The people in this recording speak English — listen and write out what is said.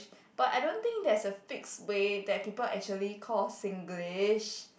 but I don't think there's a fix way that people actually call Singlish